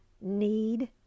need